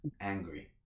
angry